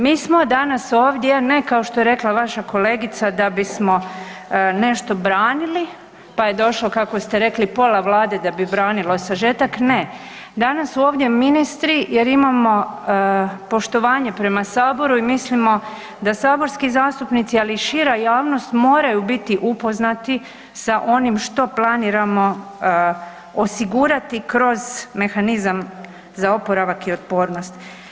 Mi smo danas ovdje ne kao što je rekla vaša kolegica da bismo nešto branili pa je došlo kako ste rekli pola Vlade da bi branilo sažetak, ne, danas su ovdje ministri jer imamo poštovanje prema Saboru i mislimo da saborski zastupnici ali i šira javnost moraju biti upoznati sa onim što planiramo osigurati kroz mehanizam za oporavak i otpornost.